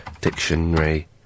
dictionary